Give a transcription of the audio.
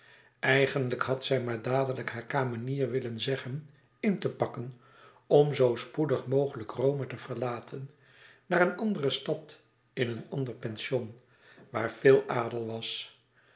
eigenlijk had zij maar dadelijk hare kamenier willen zeggen in te pakken om zoo spoedig mogelijk rome te verlaten naar een andere stad in een ander pension waar veel adel was